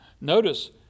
Notice